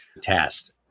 test